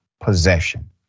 possession